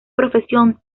profesión